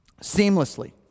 seamlessly